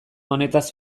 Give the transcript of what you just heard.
honetaz